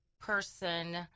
person